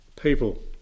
people